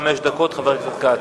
לרשותך חמש דקות, חבר הכנסת כץ.